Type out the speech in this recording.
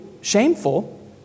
shameful